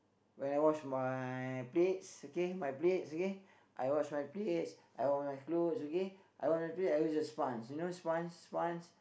when I wash my plates okay my plates okay I wash my plates I wash my clothes okay I wash my plates I use a sponge you know sponge sponge